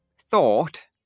thought